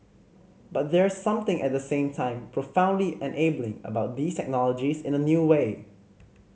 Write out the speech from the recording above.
but there's something at the same time profoundly enabling about these technologies in a new way